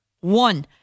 One